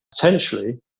potentially